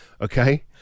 okay